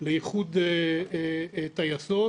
לאיחוד טייסות